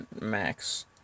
max